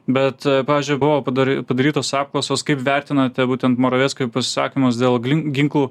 bet pavyzdžiui buvo padary padarytos apklausos kaip vertinate būtent moravieckio pasisakymus dėl ginklų